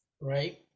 right